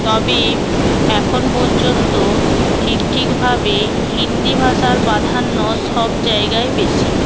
তবে এখন পর্যন্ত ঠিক ঠিকভাবে হিন্দি ভাষার প্রাধান্য সব জায়াগায় বেশি